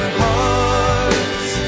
hearts